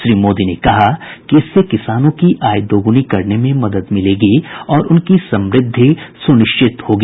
श्री मोदी ने कहा कि इससे किसानों की आय दोगुनी करने में मदद मिलेगी और उनकी समृद्धि सुनिश्चित होगी